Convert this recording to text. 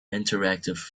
interactive